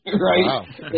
right